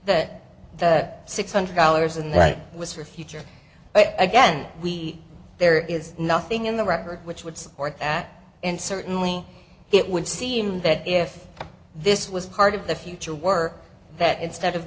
that the six hundred dollars and that it was for future but again we there is nothing in the record which would support that and certainly it would seem that if this was part of the future work that instead of